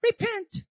repent